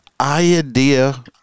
Idea